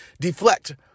deflect